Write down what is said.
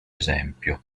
esempio